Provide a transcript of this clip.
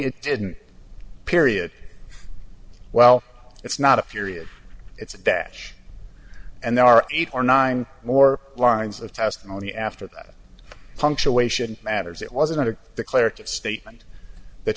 it didn't period well it's not a furious it's a dash and there are eight or nine more lines of testimony after that punctuation matters it wasn't a declarative statement